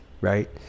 right